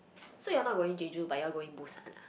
so you are not going Jeju but you all going Busan lah